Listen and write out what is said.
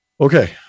Okay